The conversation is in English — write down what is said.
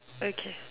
okay